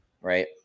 Right